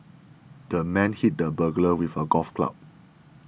the man hit the burglar with a golf club